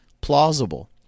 plausible